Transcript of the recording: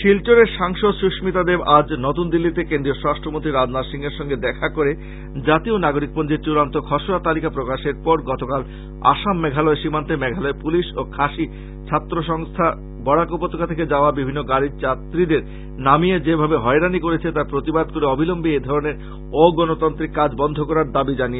শিলচরের সাংসদ সুস্মিতা দেব আজ নতুম দিল্লীতে কেন্দ্রীয় স্বরাষ্ট্র মন্ত্রী রাজনাথ সিং এর সঙ্গে দেখা করে জাতীয় নাগরিক পঞ্জীর চূড়ান্ত খসড়া তালিকা প্রকাশের পর গতকাল আসাম মেঘালয় সীমান্তে মেঘালয় পুলিশ ও খাসি ছাত্র সংস্থা বরাক উপত্যকা থেকে যাওয়া বিভিন্ন গাড়ীর যাত্রীদের নামিয়ে যেভাবে হয়রানী করেছে তার প্রতিবাদ করে অবিলম্বে এ ধরনের অগনতান্ত্রিক কাজ বন্ধ করার দাবী জানিয়েছেন